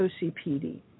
OCPD